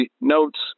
notes